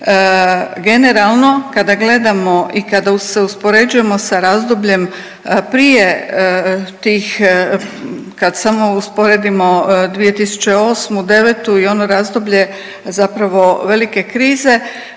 generalno kada gledamo i kada se uspoređujemo sa razdobljem prije tih kad samo usporedimo 2009., devetu i ono razdoblje velike krize